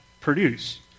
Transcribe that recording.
produce